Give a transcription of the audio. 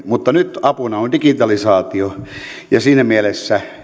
mutta nyt apuna on digitalisaatio ja siinä mielessä